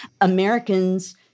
Americans